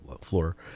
floor